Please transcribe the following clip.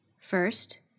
First